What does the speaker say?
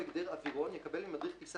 הוספת תקנה 129א אחרי תקנה 129 לתקנות העיקריות